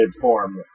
form